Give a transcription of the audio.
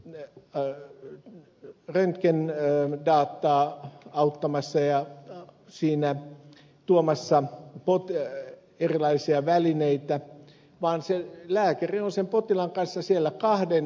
ne alle laboratoriovastauksia röntgendataa auttamassa ja tuomassa erilaisia välineitä vaan lääkäri on potilaan kanssa siellä kahden